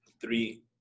three